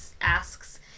asks